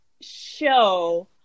show